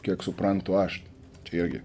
kiek suprantu aš čia irgi